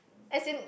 as in